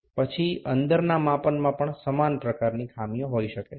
তারপরে অভ্যন্তরীণ পরিমাপের ক্ষেত্রেও একই ধরণের ত্রুটি থাকতে পারে